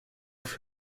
off